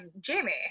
Jamie